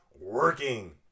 working